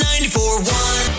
94.1